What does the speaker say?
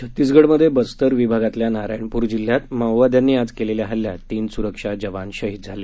छत्तीसगडमधे बस्तर विभागातल्या नारायणपूर जिल्ह्यात मोओवाद्यांनी आज केलेल्या हल्ल्यात तीन सुरक्षा जवान शहीद झाले